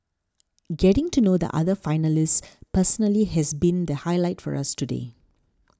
getting to know the other finalists personally has been the highlight for us today